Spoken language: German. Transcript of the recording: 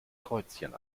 kreuzchen